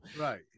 Right